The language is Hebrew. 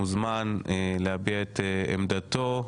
מוזמן להביע את עמדתו,